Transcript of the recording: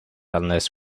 unless